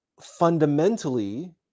fundamentally